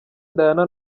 diana